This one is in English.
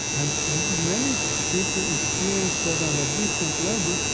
and and many people experience that on a different level,